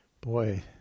boy